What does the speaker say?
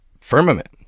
firmament